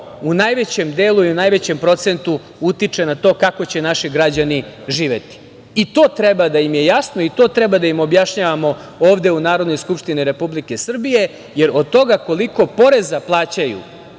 u najvećem delu i najvećem procentu utiče na to kako će naši građani živeti. To treba da im je jasno, to treba da im objašnjavamo ovde u Narodnoj skupštini Republike Srbije, jer od toga koliko poreza plaćaju